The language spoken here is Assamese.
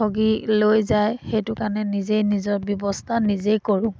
ঠগি লৈ যায় সেইটো কাৰণে নিজেই নিজৰ ব্যৱস্থা নিজেই কৰোঁ